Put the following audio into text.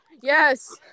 Yes